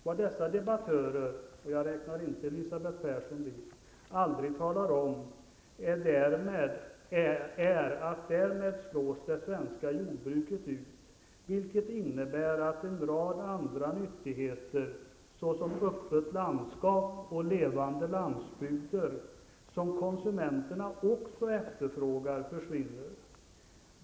Vad dessa debattörer -- jag räknar inte Elisabeth Persson till dem -- aldrig talar om är att därmed slås det svenska jordbruket ut, vilket innebär att en rad andra nyttigheter, såsom öppet landskap och levande landsbygder, som konsumenterna också efterfrågar försvinner.